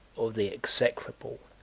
or the execrable,